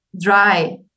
dry